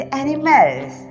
animals